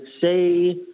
say